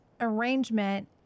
arrangement